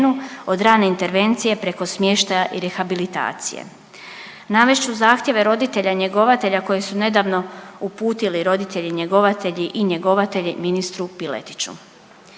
od rane intervencije preko smještaja i rehabilitacije. Navest ću zahtjeve roditelja njegovatelja koje su nedavno uputili roditelji njegovatelji i njegovatelji ministru Piletiću,